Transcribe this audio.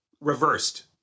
reversed